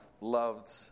loved